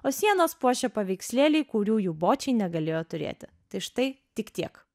o sienas puošia paveikslėliai kurių jų bočiai negalėjo turėti tai štai tik tiek